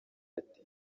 ati